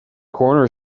corner